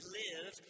live